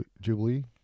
jubilee